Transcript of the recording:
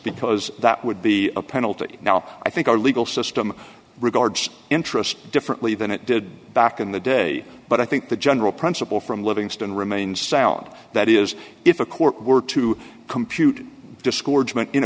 because that would be a penalty now i think our legal system regards interests differently than it did back in the day but i think the general principle from livingston remains sound that is if a court were to compute disco